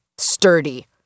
sturdy